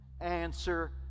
Answer